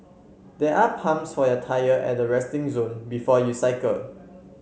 there are pumps for your tyre at the resting zone before you cycle